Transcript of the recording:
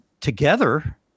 together